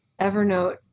Evernote